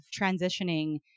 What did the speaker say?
transitioning